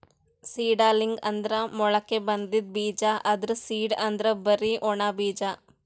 seedling ಅಂದ್ರ ಮೊಳಕೆ ಬಂದಿದ್ ಬೀಜ, ಆದ್ರ್ ಸೀಡ್ ಅಂದ್ರ್ ಬರಿ ಒಣ ಬೀಜ